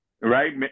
Right